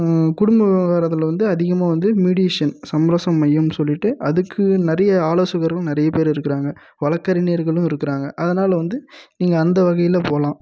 குடும்ப விவகாரத்தில் வந்து அதிகமாக வந்து மீடியேஷன் சமரசம் மையம் சொல்லிட்டு அதுக்கு நிறைய ஆலோசகரும் நிறைய பேரு இருக்கிறாங்க வழக்கறிஞர்களும் இருக்கிறாங்க அதனால் வந்து நீங்கள் அந்த வகையில் போகலாம்